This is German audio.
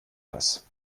das